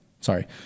sorry